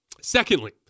Secondly